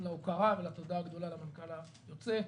להוקרה ולתודה הגדולה למנכ"ל היוצא.